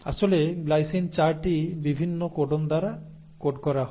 আসলে গ্লাইসিন 4 টি বিভিন্ন কোডন দ্বারা কোড করা হয়